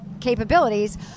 capabilities